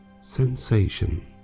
sensation